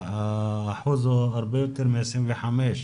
האחוז הוא הרבה יותר מ-25%.